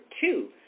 two